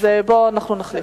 בוא ואנחנו נחליף.